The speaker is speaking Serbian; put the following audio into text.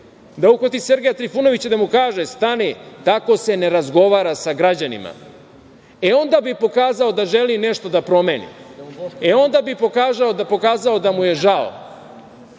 Da uhvati Sergeja Trifunovića da mu kaže – stani, tako se ne razgovara sa građanima. E, onda bi pokazao da želi nešto da promeni, onda bi pokazao da mu je žao,